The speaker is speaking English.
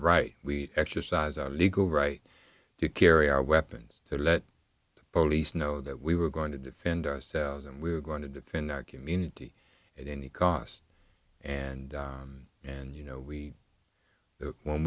right we exercise our legal right to carry our weapons to let the police know that we were going to defend ourselves and we were going to defend our community at any cost and and you know we when